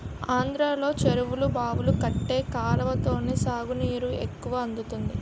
ఆంధ్రలో చెరువులు, బావులు కంటే కాలవతోనే సాగునీరు ఎక్కువ అందుతుంది